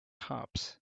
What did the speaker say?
cops